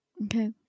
Okay